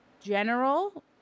general